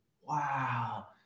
wow